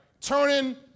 turning